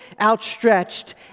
outstretched